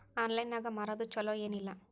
Online ನಾಗ್ ಮಾರೋದು ಛಲೋ ಏನ್ ಇಲ್ಲ?